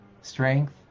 Strength